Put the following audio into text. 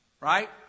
right